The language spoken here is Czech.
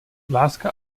láska